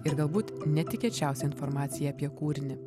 ir galbūt netikėčiausią informaciją apie kūrinį